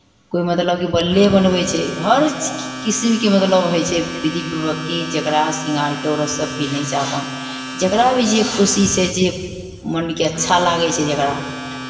कोइ मतलब कि बल्ले बनबै छै हर किसिमके मतलब होइ छै विधिपूर्वक कि जकरा सिङ्गारके औरतसभ पिन्है छै अपन जकरा भी जे खुशी छै जे मोनकेँ अच्छा लागै छै जकरा